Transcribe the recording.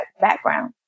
background